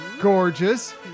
gorgeous